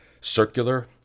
circular